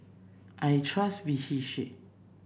I trust Vichy